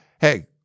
hey